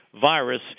virus